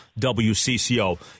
WCCO